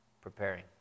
preparing